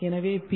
எனவே பி